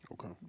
okay